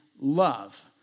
love